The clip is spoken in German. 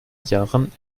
jahren